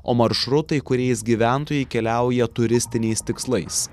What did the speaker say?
o maršrutai kuriais gyventojai keliauja turistiniais tikslais